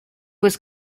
was